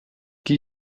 qui